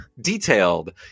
detailed